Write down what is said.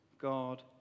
God